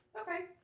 Okay